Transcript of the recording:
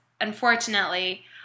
unfortunately